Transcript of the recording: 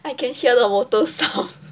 I can hear the motor sound